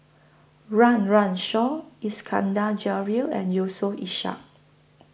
Run Run Shaw Iskandar Jalil and Yusof Ishak